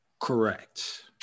Correct